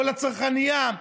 או לצרכנייה,